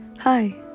Hi